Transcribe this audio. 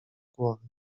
głowy